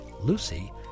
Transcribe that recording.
Lucy